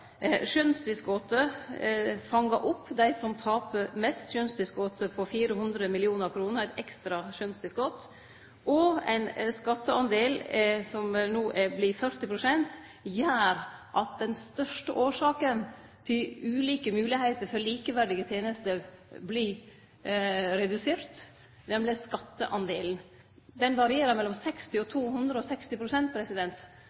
fangar opp dei som tapar mest – 400 mill. kr i ekstra skjønstilskot – og ein skattedel som no vert 40 pst., gjer at den største årsaka til ulike moglegheiter for likeverdige tenester vert redusert, nemleg skattedelen. Den varierer mellom 60 pst. og